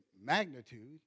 magnitude